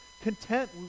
content